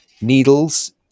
needles